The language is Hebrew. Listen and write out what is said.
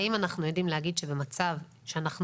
האם אנחנו יודעים להגיד שבמצב שאנחנו